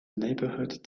neighborhood